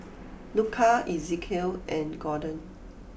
Luka Ezekiel and Gorden